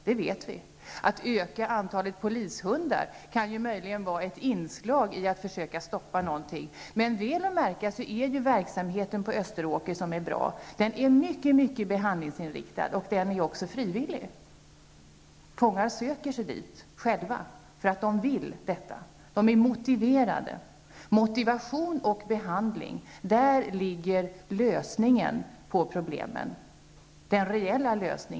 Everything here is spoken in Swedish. Det vet vi. Att öka antalet polishundar kan möjligen ses som ett inslag i strävandena att försöka stoppa något. Det är dock att märka att verksamheten på Österåker är bra. Den är synnerligen behandlingsinriktad. Vidare är den frivillig. Fångarna söker sig själva dit. De vill alltså delta i denna verksamhet. De är alltså motiverade. Det är just i detta med motivation och behandling som lösningen ligger. Det är då fråga om en reell lösning.